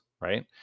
right